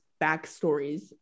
backstories